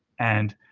and